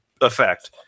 effect